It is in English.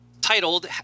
titled